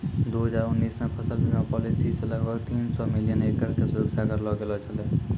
दू हजार उन्नीस मे फसल बीमा पॉलिसी से लगभग तीन सौ मिलियन एकड़ के सुरक्षा करलो गेलौ छलै